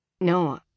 No